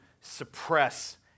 suppress